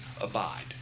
abide